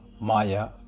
Maya